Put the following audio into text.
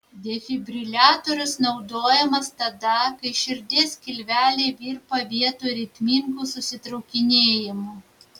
defibriliatorius naudojamas tada kai širdies skilveliai virpa vietoj ritmingų susitraukinėjimų